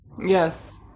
Yes